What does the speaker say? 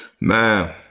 man